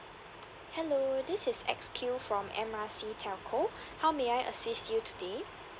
hello this is X Q from M R C telco how may I assist you today